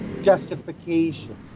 justification